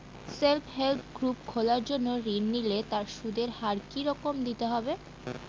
Self help group খোলার জন্য ঋণ নিলে তার সুদের হার কি রকম হতে পারে?